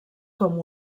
com